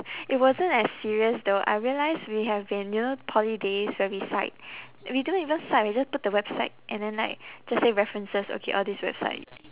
it wasn't as serious though I realise we have been you know poly days where we cite we don't even cite we just put the website and then like just say references okay all these website